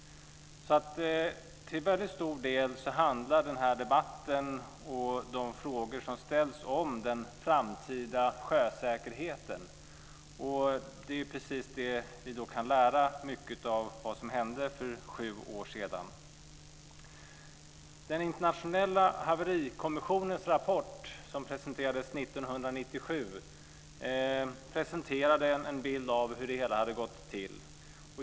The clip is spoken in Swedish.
Till stor del handlar alltså denna debatt och de frågor som ställs om den framtida sjösäkerheten. Det är precis detta som vi kan lära oss mycket om av det som hände för sju år sedan. Den internationella haverikommissionens rapport, som presenterades 1997, gav en bild av hur det hela hade gått till.